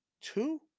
two